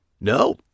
No